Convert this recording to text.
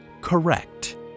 correct